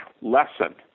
lesson